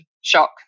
shock